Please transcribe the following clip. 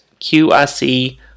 QIC